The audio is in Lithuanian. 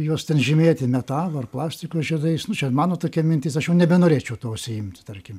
juos ten žymėti metalo ar plastiko žiedais nu čia mano tokia mintis aš jau nebenorėčiau tuo užsiimti tarkim